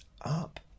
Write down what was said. up